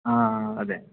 అదే